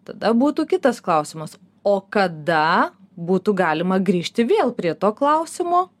tada būtų kitas klausimas o kada būtų galima grįžti vėl prie to klausimo